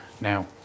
now